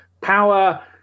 Power